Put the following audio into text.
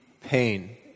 pain